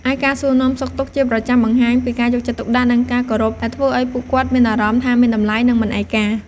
ឯការសួរនាំសុខទុក្ខជាប្រចាំបង្ហាញពីការយកចិត្តទុកដាក់ និងការគោរព ដែលធ្វើឱ្យពួកគាត់មានអារម្មណ៍ថាមានតម្លៃ និងមិនឯកា។